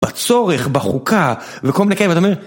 בצורך, בחוקה, וכל מיני כאלו ואתה אומר.